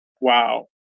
Wow